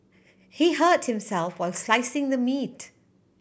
he hurt himself while slicing the meat